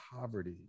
poverty